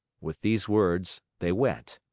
with these words they went.